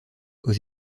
aux